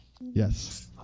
Yes